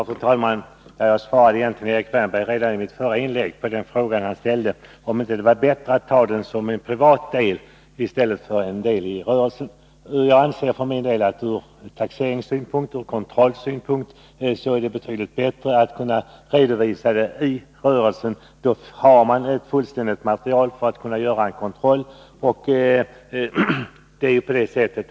Fru talman! Jag svarade Erik Wärnberg redan i mitt förra inlägg på hans fråga om det inte var bättre att ta upp bilen som privat egendom i stället för som en del i rörelsen. Jag anser för min del att det ur taxeringssynpunkt och ur kontrollsynpunkt är betydligt bättre att redovisa bilen i rörelsen. Då får taxeringsmyndigheten ett fullständigt material för att kunna göra en kontroll.